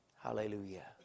Hallelujah